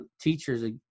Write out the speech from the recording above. teachers